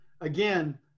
again